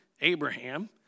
Abraham